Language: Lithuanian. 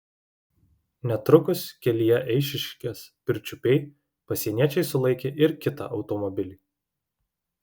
netrukus kelyje eišiškės pirčiupiai pasieniečiai sulaikė ir kitą automobilį